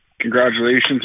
Congratulations